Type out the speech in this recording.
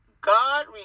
God